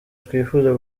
twifuza